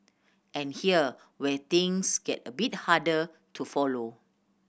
and here where things get a bit harder to follow